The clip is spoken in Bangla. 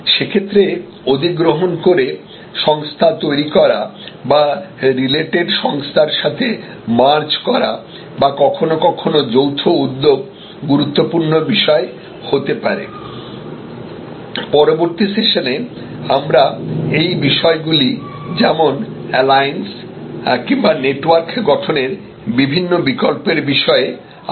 সেক্ষেত্রে অধিগ্রহণ করে সংস্থা তৈরি করা বা রিলেটেড সংস্থার সাথে মারজ করা বা কখনও কখনও যৌথ উদ্যোগ গুরুত্বপূর্ণ বিষয় হতে পারেপরবর্তী সেশনে আমরা এই বিষয়গুলি যেমন অ্যালায়েন্স কিংবা নেটওয়ার্ক গঠনের বিভিন্ন বিকল্পের বিষয়ে আলোচনা করব